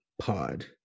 pod